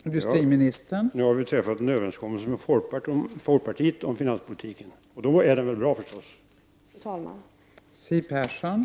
Fru talman! Nu har vi ju träffat en överenskommelse med folkpartiet om finanspolitiken. Då är väl finanspolitiken bra?